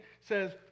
says